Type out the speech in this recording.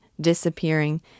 disappearing